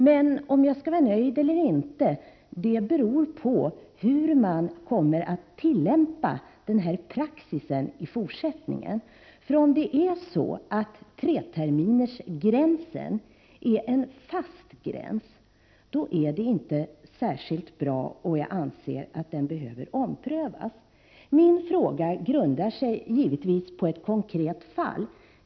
Men om jag skall vara nöjd eller inte beror på hur man kommer att tillämpa praxis i fortsättningen. Om det är så att treterminsgränsen är en fast gräns, är det inte särskilt bra. Jag anser att den behöver omprövas. Min fråga grundar sig givetvis på ett konkret fall.